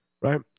right